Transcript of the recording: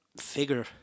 figure